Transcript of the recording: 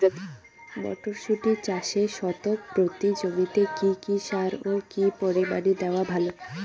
মটরশুটি চাষে শতক প্রতি জমিতে কী কী সার ও কী পরিমাণে দেওয়া ভালো?